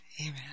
Amen